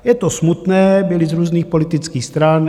Je to smutné, byli z různých politických stran.